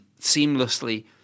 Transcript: seamlessly